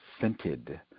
scented